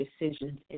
decisions